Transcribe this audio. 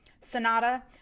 sonata